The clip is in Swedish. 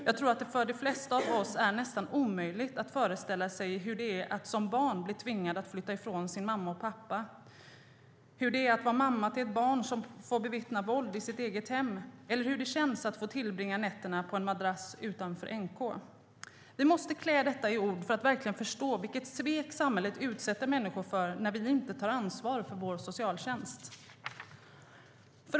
Jag tror att det för de flesta av oss är nästan omöjligt att föreställa sig hur det är att som barn tvingas flytta ifrån sin mamma och pappa, hur det är att vara mamma till ett barn som får bevittna våld i sitt eget hem eller hur det känns att få tillbringa nätterna på en madrass utanför NK. Vi måste klä detta i ord för att verkligen förstå vilket svek samhället utsätter människor för när vi inte tar ansvar för vår socialtjänst.